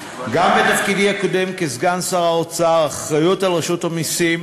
בתפקידי הקודם כסגן שר האוצר הוטלה עלי האחריות לרשות המסים,